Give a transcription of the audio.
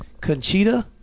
Conchita